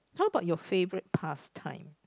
how about your favorite pastime